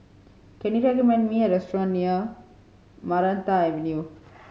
can you recommend me a restaurant near Maranta Avenue